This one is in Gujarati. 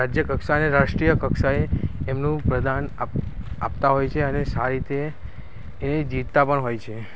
રાજ્ય કક્ષા એ રાષ્ટ્રીય કક્ષા એ એમનું પ્રદાન આપ આપતા હોય છે અને સારી રીતે એ જીતતા પણ હોય છે